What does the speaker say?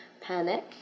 Panic